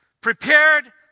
Prepared